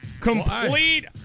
Complete